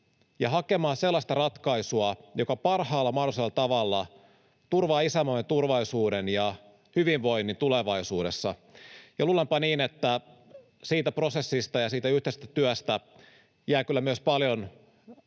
ja hakemaan sellaista ratkaisua, joka parhaalla mahdollisella tavalla turvaa isänmaamme turvallisuuden ja hyvinvoinnin tulevaisuudessa. Luulenpa, että siitä prosessista ja siitä yhteisestä työstä jää kyllä myös paljon kerrottavaa